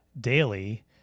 daily